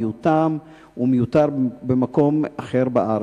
מיותם ומיותר במקום אחר בארץ.